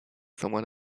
someone